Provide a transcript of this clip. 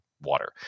water